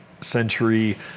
century